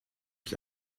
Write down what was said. ich